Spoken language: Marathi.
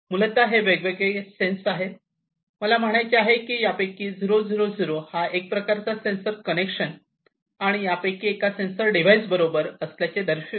मूलतः हे वेगवेगळे सेन्स आहेत मला म्हणायचे आहे की यापैकी 000 हा एक प्रकारचे सेन्सर कनेक्शन यापैकी एका सेंसर डिवाइस बरोबर असल्याचे दर्शवितो